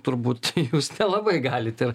turbūt jūs nelabai galite